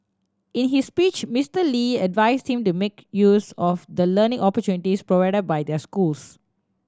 in his speech Mister Lee advised them to make use of the learning opportunities provided by their schools